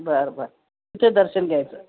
बरं बरं तुमचं दर्शन घ्यायचं